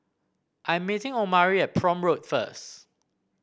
I'm meeting Omari at Prome Road first